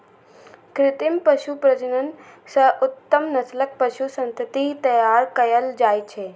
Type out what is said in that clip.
कृत्रिम पशु प्रजनन सं उत्तम नस्लक पशु संतति तैयार कएल जाइ छै